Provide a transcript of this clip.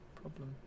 problem